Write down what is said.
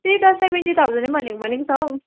त्यही त सेभेन्टी थाउजन्डै भनेको भनेकै छ हौ